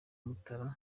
mutara